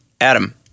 Adam